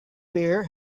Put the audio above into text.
beer